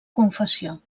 confessió